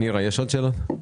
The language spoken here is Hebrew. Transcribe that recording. נירה, יש עוד שאלות?